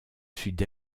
sud